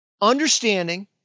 understanding